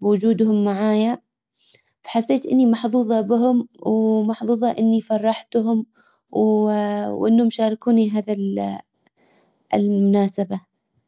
بوجودهم معايا. فحسيت اني محظوظة بهم ومحظوظة اني فرحتهم. وانهم شاركوني هذا المناسبة.